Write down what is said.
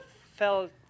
felt